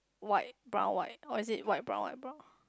white brown white or is it white brown white brown